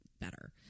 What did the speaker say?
better